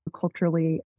culturally